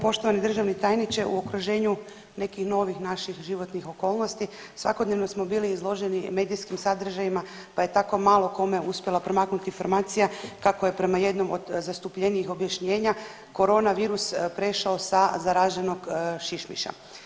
Poštovani državni tajniče u okruženju nekih novih naših životnih okolnosti svakodnevno smo bili izloženi medijskim sadržajima pa je tako malo kome uspjela promaknuti informacija kako je prema jednom od zastupljenijih objašnjenja korona virus prešao sa zaraženog šišmiša.